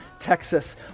Texas